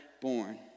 born